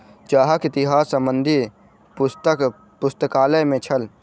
चाहक इतिहास संबंधी पुस्तक पुस्तकालय में छल